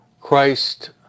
Christ